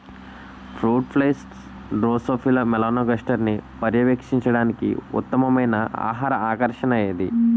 Fruit flies drosophila మెలనోగాస్టర్ని పర్యవేక్షించడానికి ఉత్తమమైన ఆహార ఆకర్షణ ఏది?